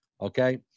okay